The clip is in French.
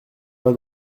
pas